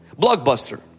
Blockbuster